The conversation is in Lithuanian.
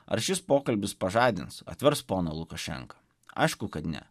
ar šis pokalbis pažadins atvers poną lukašenką aišku kad ne